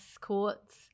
courts